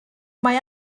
mae